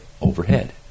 overhead